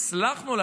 הצלחנו,